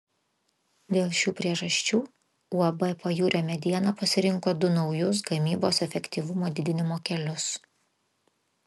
dėl šių priežasčių uab pajūrio mediena pasirinko du naujus gamybos efektyvumo didinimo kelius